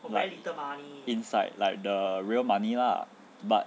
inside like the real money lah but